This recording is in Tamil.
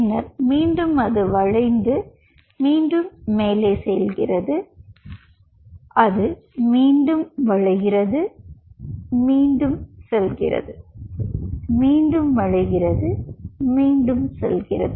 பின்னர் மீண்டும் அது வளைந்து மீண்டும் செல்கிறது அது மீண்டும் வளைகிறது மீண்டும் செல்கிறது அது மீண்டும் வளைகிறது மீண்டும் செல்கிறது